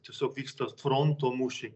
tiesiog vyksta fronto mūšiai